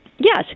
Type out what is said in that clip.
Yes